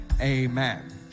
Amen